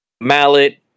mallet